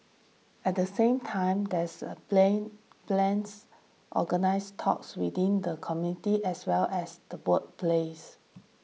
at the same time there's a plan plans organise talks within the community as well as the workplace